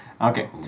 Okay